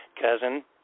cousin